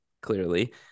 clearly